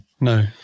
No